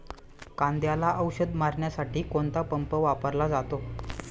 कांद्याला औषध मारण्यासाठी कोणता पंप वापरला जातो?